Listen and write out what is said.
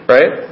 Right